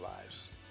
lives